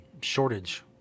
shortage